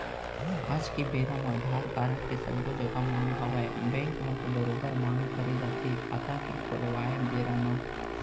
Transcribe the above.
आज के बेरा म अधार कारड के सब्बो जघा मांग हवय बेंक म तो बरोबर मांग करे जाथे खाता के खोलवाय बेरा म